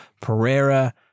Pereira